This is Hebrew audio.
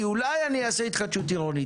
אני אומר דבר אחד,